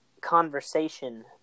conversation